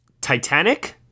Titanic